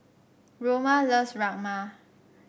Roma loves Rajma